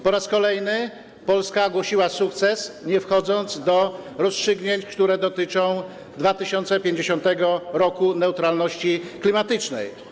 Po raz kolejny Polska ogłosiła sukces, nie wchodząc do rozstrzygnięć, które dotyczą 2050 r. i neutralności klimatycznej.